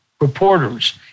reporters